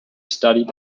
studied